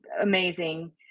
amazing